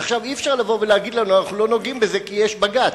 אז עכשיו אי-אפשר לבוא ולהגיד לנו: אנחנו לא נוגעים בזה כי יש בג"ץ.